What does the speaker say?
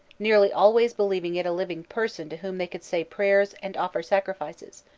nearly always believing it a living person to whom they could say prayers and offer sacrifices,